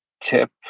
tip